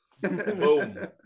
Boom